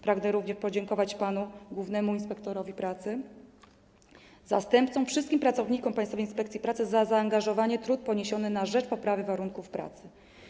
Pragnę również podziękować głównemu inspektorowi pracy, zastępcom, wszystkim pracownikom Państwowej Inspekcji Pracy za zaangażowanie i trud poniesiony na rzecz poprawy warunków pracy.